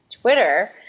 Twitter